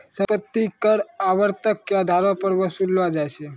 सम्पति कर आवर्तक के अधारो पे वसूललो जाय छै